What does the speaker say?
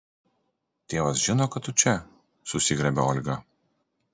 tėvas žino kad tu čia susigriebia olga